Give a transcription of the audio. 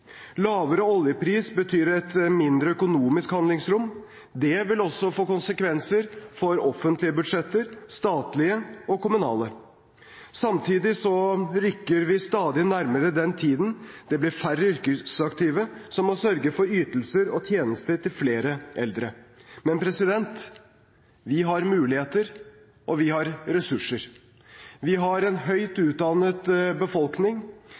Lavere oljepris betyr et mindre økonomisk handlingsrom. Det vil også få konsekvenser for offentlige budsjetter, statlige og kommunale. Samtidig rykker vi stadig nærmere den tiden da færre yrkesaktive må sørge for ytelser og tjenester til flere eldre. Men vi har muligheter, og vi har ressurser. Vi har en høyt utdannet befolkning,